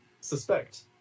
suspect